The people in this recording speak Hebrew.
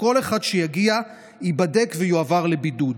וכל אחד שיגיע ייבדק ויועבר לבידוד.